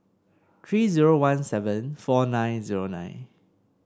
three zero one seven four nine zero nine